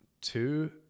two